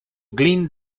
glynn